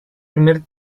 primer